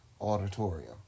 Auditorium